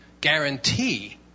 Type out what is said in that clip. guarantee